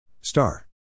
Star